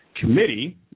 Committee